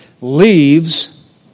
leaves